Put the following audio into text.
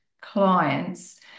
clients